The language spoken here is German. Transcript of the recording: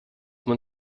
man